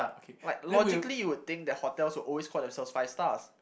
like logically you would think the hotel would always call themselves five stars